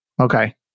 Okay